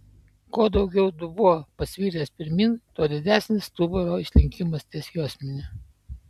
kuo daugiau dubuo pasviręs pirmyn tuo didesnis stuburo išlinkimas ties juosmeniu